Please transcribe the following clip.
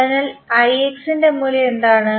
അതിനാൽ ഇന്റെ മൂല്യം എന്താണ്